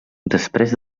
després